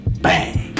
bang